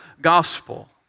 gospel